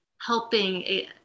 helping